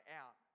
out